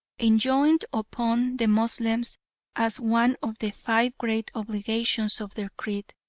enjoined upon the moslems as one of the five great obligations of their creed,